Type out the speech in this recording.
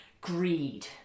greed